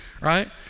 right